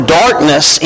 darkness